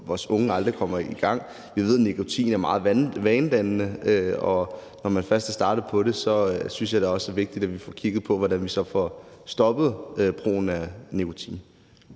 vores unge aldrig kommer i gang. Vi ved, at nikotin er meget vanedannende, når man først er startet på det. Så jeg synes også, det er vigtigt, at vi får kigget på, hvordan vi så får stoppet brugen af nikotin.